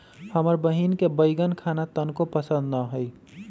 हमर बहिन के बईगन खाना तनको पसंद न हई